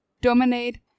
dominate